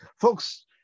Folks